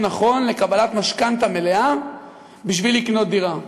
נכון לקבלת משכנתה מלאה בשביל לקנות דירה.